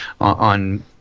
on